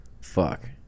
Fuck